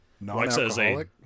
Non-alcoholic